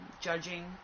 judging